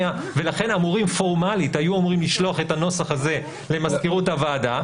ולכן היו אמורים פורמלית לשלוח את הנוסח הזה למזכירות הוועדה,